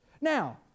Now